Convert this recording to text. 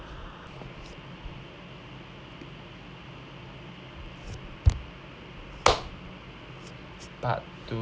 part two